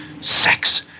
Sex